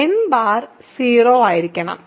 n bar 0 ആയിരിക്കണം